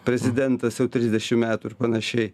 prezidentas jau trisdešim metų ir panašiai